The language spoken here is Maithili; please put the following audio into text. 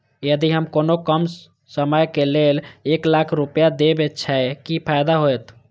यदि हम कोनो कम समय के लेल एक लाख रुपए देब छै कि फायदा होयत?